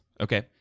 Okay